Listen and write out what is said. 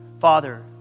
Father